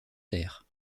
terre